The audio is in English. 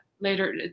later